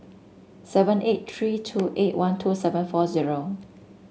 seven eight three two eight one two seven four zero